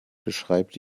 beschreibt